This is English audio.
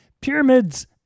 Pyramids